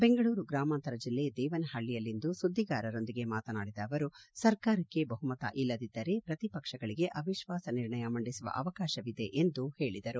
ಬೆಂಗಳೂರು ಗ್ರಾಮಾಂತರ ಜಿಲ್ಲೆ ದೇವನಪಳ್ಳಿಯಲ್ಲಿಂದು ಸುದ್ಧಿಗಾರರೊಂದಿಗೆ ಮಾತನಾಡಿದ ಆವರು ಸರ್ಕಾರಕ್ಕೆ ಬಹುಮತ ಇಲ್ಲದಿದ್ದರೆ ಪ್ರತಿಪಕ್ಷಗಳಿಗೆ ಅವಿಶ್ವಾಸ ನಿರ್ಣಯ ಮಂಡಿಸುವ ಅವಕಾಶವಿದೆ ಎಂದು ಹೇಳಿದರು